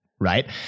Right